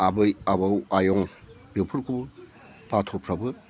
आबै आबौ आयं बेफोरखौबो बाथ'फ्राबो